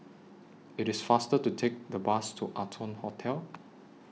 IT IS faster to Take The Bus to Arton Hotel